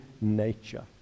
nature